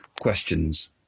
questions